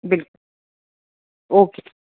بلک okay